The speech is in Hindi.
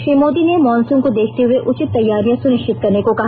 श्री मोदी ने मॉनसून को देखते हुए उचित तैयारियां सुनिश्चित करने को कहा